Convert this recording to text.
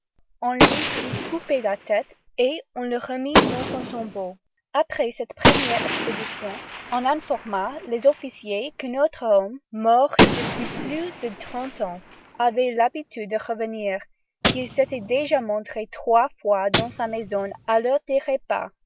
on lui fit couper la tête et on le remit dans son tombeau après cette première expédition on informa les officiers qu'un autre homme mort depuis plus de trente ans avait l'habitude de revenir qu'il s'était déjà montré trois fois dans sa maison à l'heure des repas